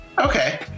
okay